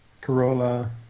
Corolla